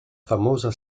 famosa